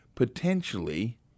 Potentially